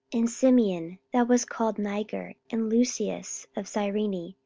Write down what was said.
and simeon that was called niger, and lucius of cyrene,